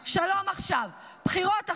עכשיו, שלום עכשיו, בחירות עכשיו.